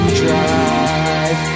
drive